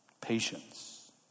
Patience